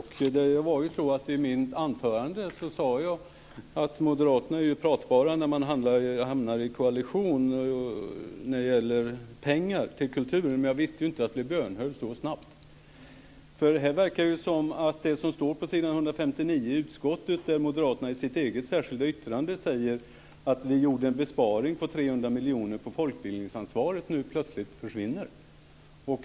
I mitt anförande sade jag att moderaterna är pratbara när man hamnar i koalition vad gäller pengar till kultur. Men jag visste inte att jag skulle bli bönhörd så snabbt! Här verkar det ju som att det som står på s. 159 i utskottsbetänkandet, där moderaterna i sitt eget särskilda yttrande säger att vi gjorde en besparing på 300 miljoner på folkbildningsansvaret, nu plötsligt försvinner.